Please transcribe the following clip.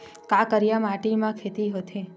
का करिया माटी म खेती होथे?